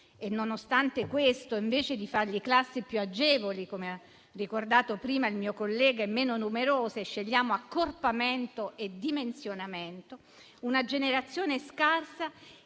e, nonostante questo, invece di fare per loro classi più agevoli - come ha ricordato prima un mio collega - e meno numerose, scegliamo accorpamento e dimensionamento. È una generazione scarsa,